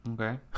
okay